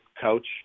coach